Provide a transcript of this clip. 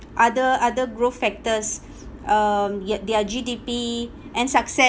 other other growth factors uh yup their G_D_P and success